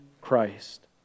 Christ